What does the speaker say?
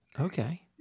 Okay